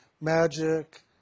magic